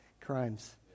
crimes